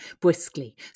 briskly